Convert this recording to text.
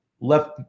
left